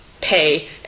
pay